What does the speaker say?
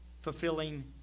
fulfilling